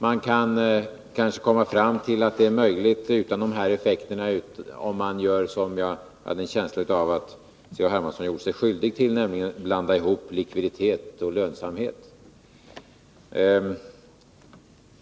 Man kan kanske komma fram till att det blir möjligt utan de här effekterna, om man nämligen blandar ihop likviditet och lönsamhet, vilket jag hade en känsla av att C.-H. Hermansson gjorde sig skyldig till.